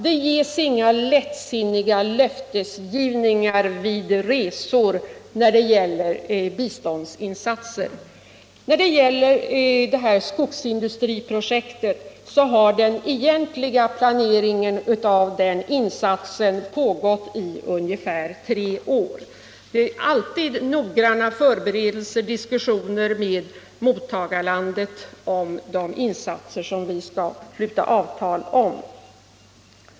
Det ges inga lättsinniga löften om biståndsinsatser vid resor. Den egentliga planeringen av skogsindustriprojektet i Nordvietnam har pågått i ungefär tre år. Det är alltid noggranna förberedelser och diskussioner med mottagarlandet i fråga om de insatser som vi skall sluta avtal om.